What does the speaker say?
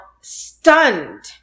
stunned